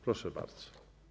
Proszę bardzo.